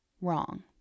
wrong